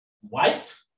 white